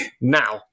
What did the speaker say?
now